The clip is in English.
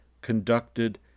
conducted